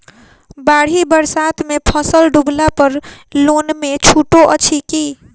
बाढ़ि बरसातमे फसल डुबला पर लोनमे छुटो अछि की